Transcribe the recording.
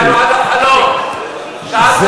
הגענו עד החלום, שעת,